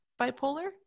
bipolar